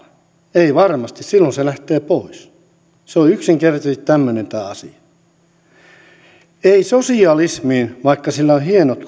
ei varmasti silloin se lähtee pois se on yksinkertaisesti tämmöinen tämä asia ei sosialismiin vaikka sillä on hienot